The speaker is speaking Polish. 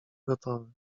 gotowy